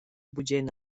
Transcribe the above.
bugen